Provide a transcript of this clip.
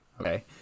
Okay